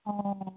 অঁ